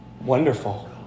Wonderful